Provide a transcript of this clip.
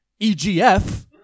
EGF